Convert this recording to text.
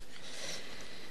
מקצתם של אלה